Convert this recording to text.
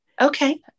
Okay